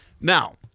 now